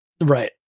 Right